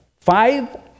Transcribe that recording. five